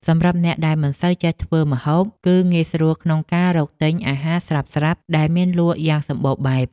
សម្រាប់អ្នកដែលមិនសូវចេះធ្វើម្ហូបគឺងាយស្រួលក្នុងការរកទិញអាហារស្រាប់ៗដែលមានលក់យ៉ាងសម្បូរបែប។